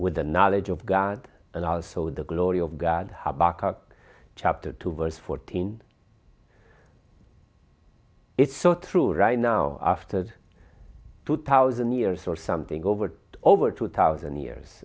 with the knowledge of god and also the glory of god chapter two verse fourteen it's so true right now after two thousand years or something over over two thousand years